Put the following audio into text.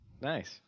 nice